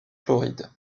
floride